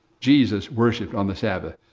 jesus worshiped on the sabbath.